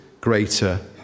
greater